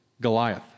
Goliath